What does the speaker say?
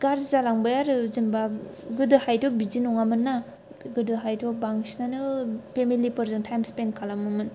गार्जि जालांबाय आरो जेनेबा गोदोहायथ' बिदि नङामोन ना गोदोहायथ' बांसिनानो फेमिलिफोरजों टाइम स्पेन्ड खालामोमोन